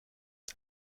wat